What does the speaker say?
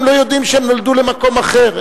הם לא יודעים שהם נולדו למקום אחר,